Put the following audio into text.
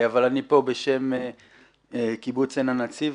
אבל אני פה בשם קיבוץ עין הנצי"ב,